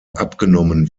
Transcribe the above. abgenommen